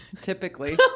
typically